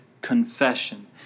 confession